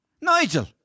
Nigel